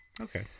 okay